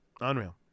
Unreal